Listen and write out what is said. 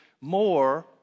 more